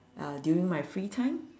uh during my free time